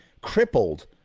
crippled